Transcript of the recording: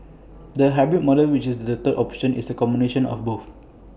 the hybrid model which is the third option is A combination of both